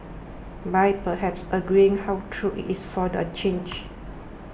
by perhaps agreeing how true it is for the change